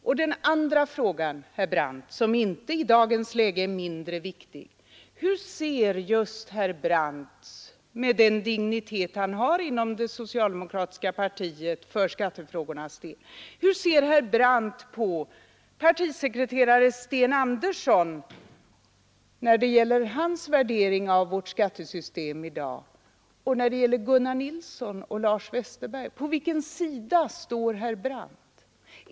Min andra fråga, herr Brandt, som i dagens läge inte är mindre viktig, var: Hur ser just herr Brandt, med den dignitet han har inom det socialdemokratiska partiet när det gäller skattefrågorna, på partisekreterare Sten Anderssons värdering av vårt skattesystem och på Gunnar Nilssons och Lars Westerbergs värderingar? På vilken sida står herr Brandt?